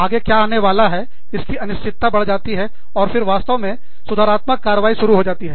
आगे क्या आने वाला है इसकी अनिश्चितता बढ़ जाती है और फिर वास्तव में सुधारात्मक कारवाई शुरू हो जाती है